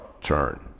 turn